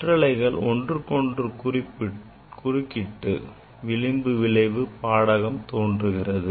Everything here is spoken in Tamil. சிற்றலைகள் ஒன்றுக்கொன்று குறுக்கிட்டு விளிம்பு விளைவு பாடகம் தோன்றுகிறது